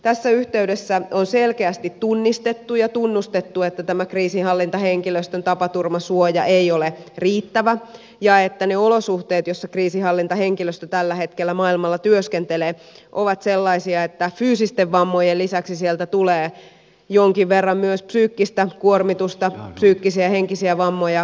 tässä yhteydessä on selkeästi tunnistettu ja tunnustettu että tämä kriisinhallintahenkilöstön tapaturmasuoja ei ole riittävä ja että ne olosuhteet joissa kriisinhallintahenkilöstö tällä hetkellä maailmalla työskentelee ovat sellaisia että fyysisten vammojen lisäksi sieltä tulee jonkin verran myös psyykkistä kuormitusta psyykkisiä ja henkisiä vammoja